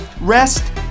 rest